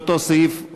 לאותו סעיף,